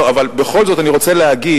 לא, אבל בכל זאת אני רוצה להגיד.